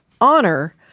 honor